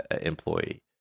employee